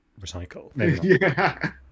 recycle